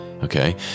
Okay